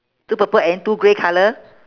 two purple and two grey colour